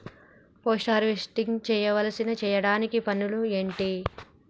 Post harvesting చేయవలసిన చేయకూడని పనులు ఏంటి?